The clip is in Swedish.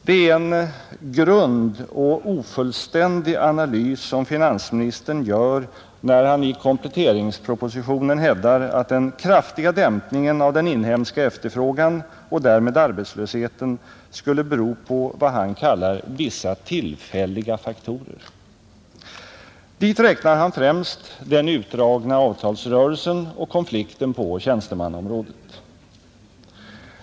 Det är en grund och ofullständig analys som finansministern gör när han i kompletteringspropositionen hävdar, att den kraftiga dämpningen av den inhemska efterfrågan och därmed arbetslösheten skulle bero på vad han kallar ”vissa tillfälliga faktorer”. Dit räknar han främst den utdragna avtalsrörelsen och konflikten på tjänstemannaområdet.